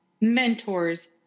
mentors